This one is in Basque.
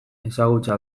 ezagutza